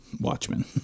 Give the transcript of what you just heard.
Watchmen